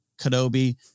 Kenobi